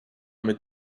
mit